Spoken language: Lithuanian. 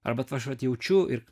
arba vat aš vat jaučiu ir